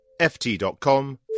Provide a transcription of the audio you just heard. ft.com